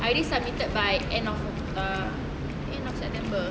I already submitted by end of err end of september